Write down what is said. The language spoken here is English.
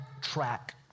track